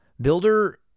builder